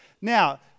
Now